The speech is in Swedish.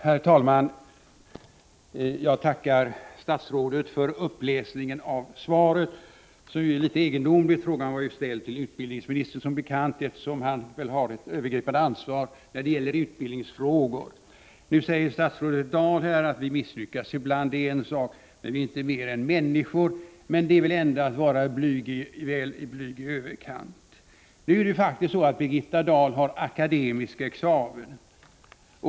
Herr talman! Jag tackar statsrådet för uppläsningen av svaret. Förfarandet är litet egendomligt. Frågan var ju som bekant ställd till utbildningsministern, eftersom han väl har det övergripande ansvaret för utbildningsfrågorna. Nu säger statsrådet Dahl: ”Vi misslyckas ibland — vi är inte mer än människor.” Detta är väl att vara blyg i överkant. Birgitta Dahl har akademisk examen.